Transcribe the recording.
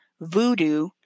voodoo